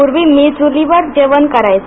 पूर्वी मी चुलीवर जेवण करायचे